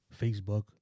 Facebook